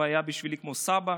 הוא היה בשבילי כמו סבא.